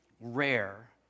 rare